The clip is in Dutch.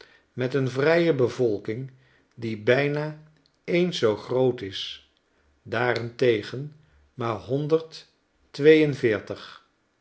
met een vrije bevolking die bijna eens zoo groot is daarentegen maar honderd